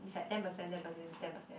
is at ten percent ten percent ten percent